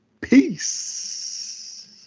Peace